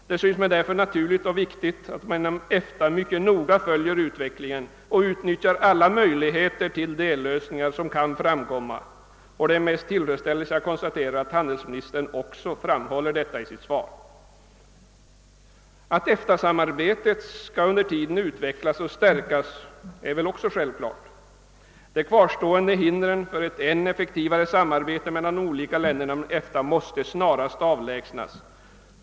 Det syns mig därför naturligt och riktigt att man inom EFTA noga följer utvecklingen och utnyttjar alla möjligheter till dellösningar som kan framkomma. Jag konstaterar med tillfredsställelse att handelsministern också framhåller detta i sitt svar. Att EFTA-samarbetet under tiden skall utvecklas och stärkas är väl också självklart. De kvarstående hindren för ett än effektivare samarbete mellan de olika länderna inom EFTA måste snarast avlägsnas.